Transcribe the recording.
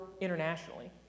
internationally